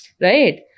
Right